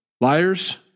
Liars